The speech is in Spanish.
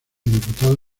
diputado